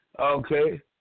Okay